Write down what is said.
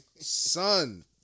Son